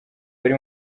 bari